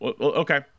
okay